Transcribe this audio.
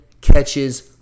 catches